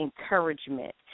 encouragement